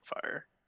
fire